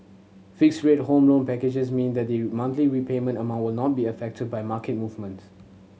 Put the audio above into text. fixed rate Home Loan packages mean that the monthly repayment amount will not be affected by market movements